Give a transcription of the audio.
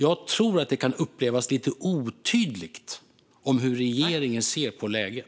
Jag tror att det kan upplevas lite otydligt hur regeringen ser på läget.